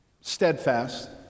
steadfast